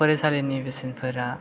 फरायसालिनि बेसेनफोरा